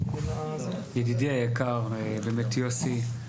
ידידי היקר באמת יוסי,